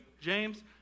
James